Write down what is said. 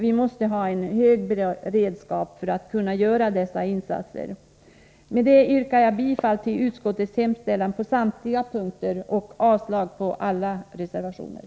Vi måste ha en hög beredskap för att kunna göra dessa insatser. Med detta yrkar jag bifall till utskottets hemställan på samtliga punkter och avslag på alla reservationer.